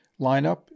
lineup